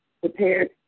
prepared